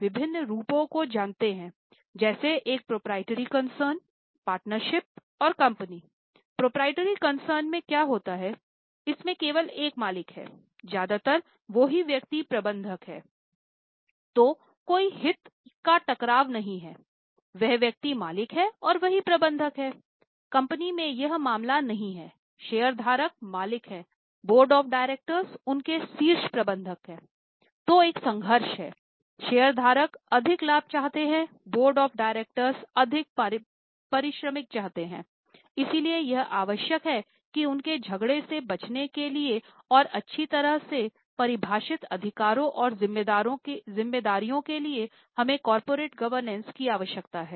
विभिन्न स्टेकहोल्डर्स की आवश्यकता है